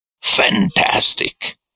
Fantastic